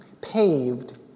paved